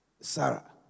Sarah